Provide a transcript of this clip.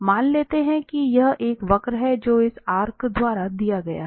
मान लेते हैं की यह एक वक्र है जो इस आर्क द्वारा दिया गया है